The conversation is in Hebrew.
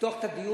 לפתוח את הדיון,